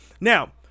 now